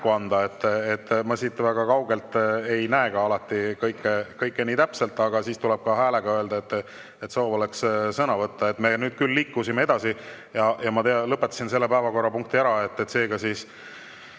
Ma siit väga kaugelt ei näe alati kõike nii täpselt. Siis tuleb ka häälega öelda, kui on soov sõna võtta. Me nüüd liikusime edasi ja ma lõpetasin selle päevakorrapunkti ära, seega jäävad